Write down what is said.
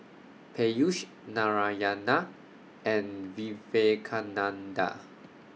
Peyush Narayana and Vivekananda